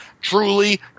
Truly